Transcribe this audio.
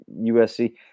USC –